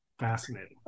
Fascinating